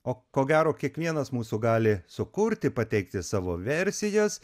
o ko gero kiekvienas mūsų gali sukurti pateikti savo versijas